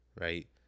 Right